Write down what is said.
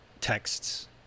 texts